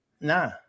Nah